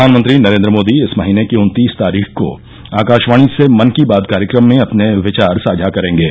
प्रधानमंत्री नरेन्द्र मोदी इस महीने की उन्तीस तारीख को आकाशवाणी से मन की बात कार्यक्रम में अपने विचार साझा करेंगे